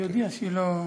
היא הודיעה שהיא לא,